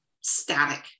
static